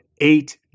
eight